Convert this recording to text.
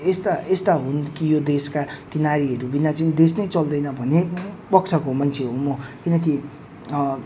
यस्ता यस्ता हुन् कि यो देशका ती नारीहरूविना चाहिँ देश नै चल्दैन भन्ने पक्षको मान्छे हुँ म किनकि